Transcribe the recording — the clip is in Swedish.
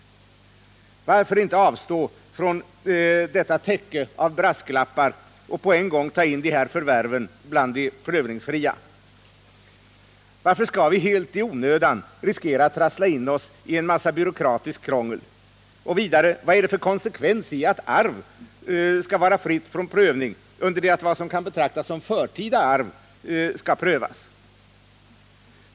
Varför inte avstå från detta täcke av brasklappar och på en gång ta in dessa förvärv bland de prövningsfria? Varför skall vi helt i onödan riskera att trassla in oss i en massa byråkratiskt krångel? Och vidare — vad är det för konsekvens i att arv är fritt från prövning under det att vad som kan betraktas som förtida arv skall prövas?